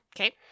Okay